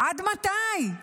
עד מתי?